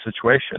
situation